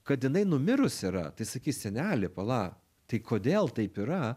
kad jinai numirus yra tai sakys seneli pala tai kodėl taip yra